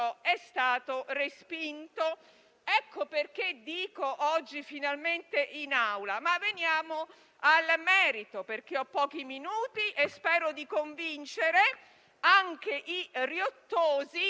respinta. Ecco perché dico che oggi finalmente arriva in Aula. Veniamo al merito, perché ho pochi minuti e spero di convincere anche i riottosi